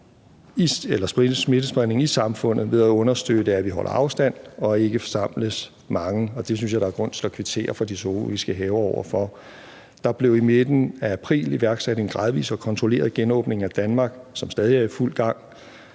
smittespredningen i samfundet ved at understøtte, at vi holder afstand og ikke forsamles mange. Det synes jeg der er grund til at kvittere for over for de zoologiske haver. Der blev i midten af april iværksat en gradvis og kontrolleret genåbning af Danmark, som stadig er i fuld gang.